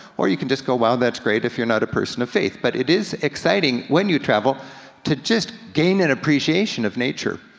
or you can just go, wow, that's great, if you're not a person of faith. but it is exciting when you travel to just gain an appreciation of nature.